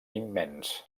immens